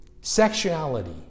sexuality